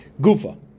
Gufa